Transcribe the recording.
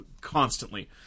constantly